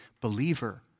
believer